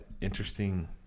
Interesting